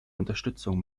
unterstützung